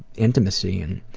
intimacy and,